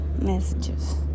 messages